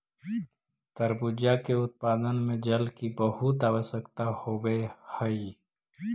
तरबूजा के उत्पादन में जल की बहुत आवश्यकता होवअ हई